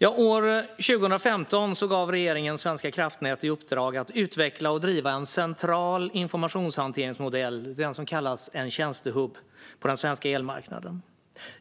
År 2015 gav regeringen Svenska kraftnät i uppdrag att utveckla och driva en central informationshanteringsmodell - den som kallas en tjänstehubb - på den svenska elmarknaden.